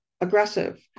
aggressive